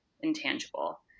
intangible